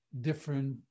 different